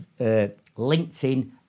LinkedIn